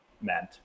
meant